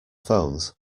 phones